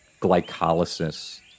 glycolysis